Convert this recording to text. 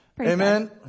Amen